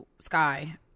Sky